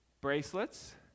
bracelets